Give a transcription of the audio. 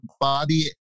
body